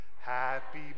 Happy